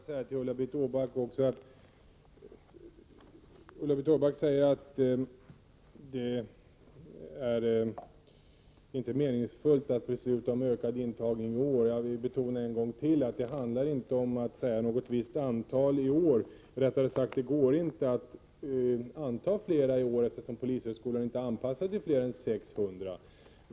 Herr talman! Ulla-Britt Åbark säger att det inte är meningsfullt att i dag fatta beslut om en fortsatt ökning av antalet aspiranter. Jag vill då ännu en gång betona att det inte går att anta fler aspiranter i år, eftersom polishögskolan inte är anpassad till fler än 600.